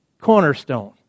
cornerstone